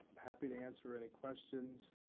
happy to answer any questions